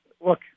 look